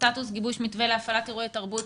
סטטוס גיבוש מתווה להפעלת אירועי תרבות,